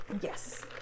yes